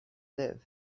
live